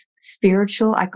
spiritual